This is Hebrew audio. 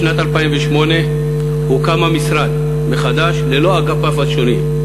בשנת 2008, הוקם המשרד מחדש ללא אגפיו השונים,